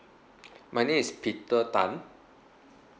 my name is peter tan